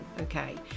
okay